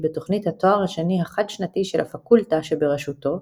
בתוכנית התואר השני החד-שנתי של הפקולטה שבראשותו